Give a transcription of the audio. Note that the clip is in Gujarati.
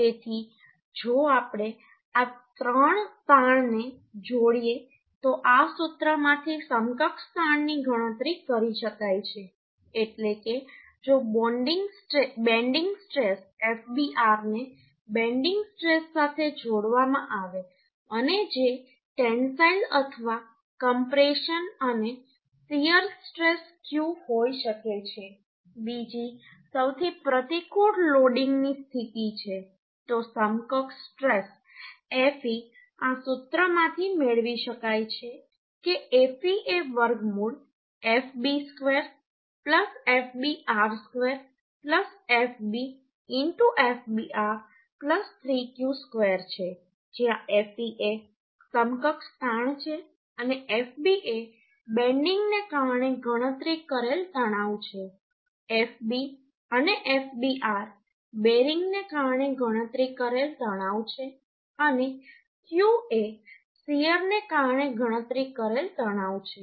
તેથી જો આપણે આ ત્રણ તાણને જોડીએ તો આ સૂત્રમાંથી સમકક્ષ તાણની ગણતરી કરી શકાય છે એટલે કે જો બેન્ડિંગ સ્ટ્રેસ fbr ને બેન્ડિંગ સ્ટ્રેસ સાથે જોડવામાં આવે અને જે ટેન્સાઈલ અથવા કમ્પ્રેશન અને શીયર સ્ટ્રેસ q હોઈ શકે છે બીજી સૌથી પ્રતિકૂળ લોડિંગની સ્થિતિ છે તો સમકક્ષ સ્ટ્રેસ fe આ સૂત્રમાંથી મેળવી શકાય છે કે fe એ વર્ગમૂળ fb² fbr² fb fbr 3q² છે જ્યાં fe એ સમકક્ષ તાણ છે અને fb એ બેન્ડિંગને કારણે ગણતરી કરેલ તણાવ છે fb અને fbr બેરિંગને કારણે ગણતરી કરેલ તણાવ છે અને q એ શીયરને કારણે ગણતરી કરેલ તણાવ છે